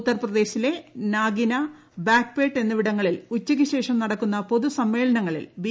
ഉത്തർപ്രദേശിലെ നാഗിന ബാഗ് പേട്ട് എന്നിവിടങ്ങളിൽ ഉച്ചയ്ക്ക് ശേഷം നടക്കുന്ന പൊതു സമ്മേളനങ്ങളിൽ ബി